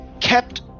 kept